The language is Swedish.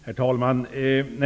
Herr talman!